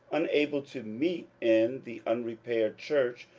unable to meet in the unrepaired church,